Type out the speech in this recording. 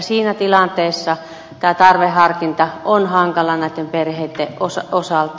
siinä tilanteessa tämä tarveharkinta on hankalaa näitten perheitten osalta